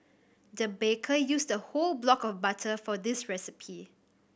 the baker used a whole block of butter for this recipe